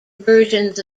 versions